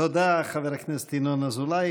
תודה, חבר הכנסת ינון אזולאי.